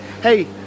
hey